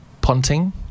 Ponting